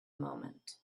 moment